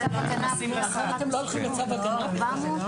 בתוך ה-4,500,